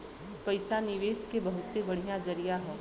पइसा निवेस के बहुते बढ़िया जरिया हौ